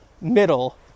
middle